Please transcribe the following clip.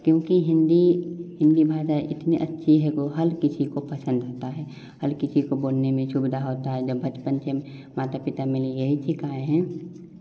क्योंकि हिंदी हिंदी भाषा इतनी अच्छी है वह हर किसी को पसंद आता है हर किसी को बोलने में सुविधा होता है जब बचपन से हम माता पिता मेली यही सिखाए हैं